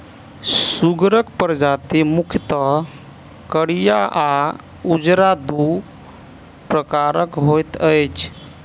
सुगरक प्रजाति मुख्यतः करिया आ उजरा, दू प्रकारक होइत अछि